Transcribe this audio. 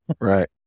Right